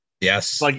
Yes